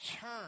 turn